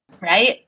Right